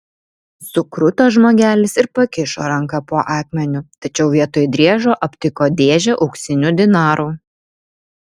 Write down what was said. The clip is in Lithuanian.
sukruto žmogelis ir pakišo ranką po akmeniu tačiau vietoj driežo aptiko dėžę auksinių dinarų